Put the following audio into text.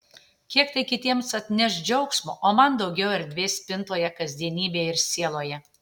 kiek tai kitiems atneš džiaugsmo o man daugiau erdvės spintoje kasdienybėje ir sieloje